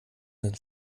sind